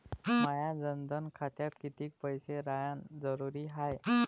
माया जनधन खात्यात कितीक पैसे रायन जरुरी हाय?